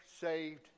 saved